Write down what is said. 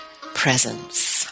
presence